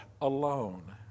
alone